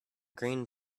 green